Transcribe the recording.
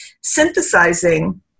synthesizing